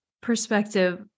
perspective